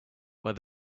where